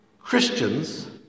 Christians